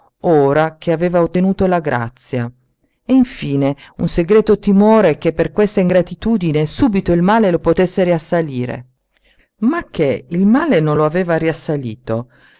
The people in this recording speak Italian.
ora che aveva ottenuto la grazia e infine un segreto timore che per questa ingratitudine subito il male lo potesse riassalire ma che il male non lo aveva riassalito